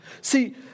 See